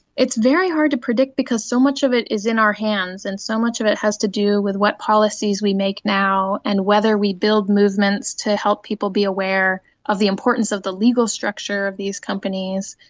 it's very hard to predict because so much of it is in our hands and so much of it has to do with what policies we make now and whether we build movements to help people be aware of the importance of the legal structure of these companies.